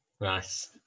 Nice